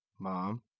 Mom